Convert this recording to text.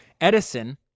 Edison